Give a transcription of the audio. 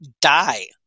die